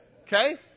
okay